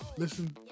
Listen